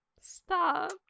Stop